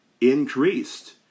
increased